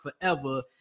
forever